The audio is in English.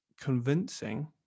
convincing